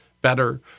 better